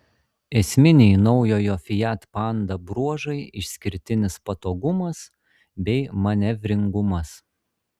esminiai naujojo fiat panda bruožai išskirtinis patogumas bei manevringumas